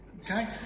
okay